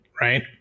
right